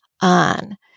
on